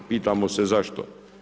Pitamo se zašto?